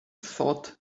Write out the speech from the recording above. thought